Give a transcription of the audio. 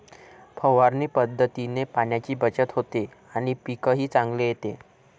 फवारणी पद्धतीने पाण्याची बचत होते आणि पीकही चांगले येते